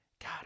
God